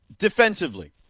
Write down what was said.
Defensively